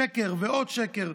שקר ועוד שקר,